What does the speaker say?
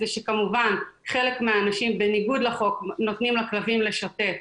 זה שכמובן חלק מהאנשים בניגוד לחוק נותנים לכלבים לשוטט,